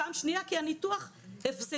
פעם שנייה כי הניתוח הפסדי.